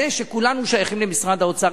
זה שכולנו שייכים למשרד האוצר,